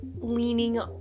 leaning